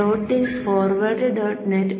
ഡോട്ടിൽ forward dot net forward